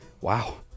Wow